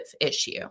issue